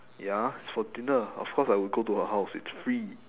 ya it's for dinner of course I would go to her house it's free